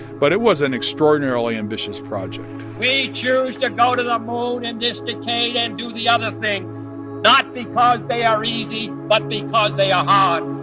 but it was an extraordinarily ambitious project we choose to go to the moon in this decade and do the other thing not because they are easy, but because they are hard